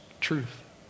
truth